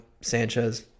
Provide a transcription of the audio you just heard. sanchez